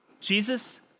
Jesus